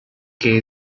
que